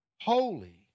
holy